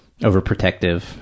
overprotective